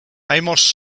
amos